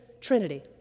Trinity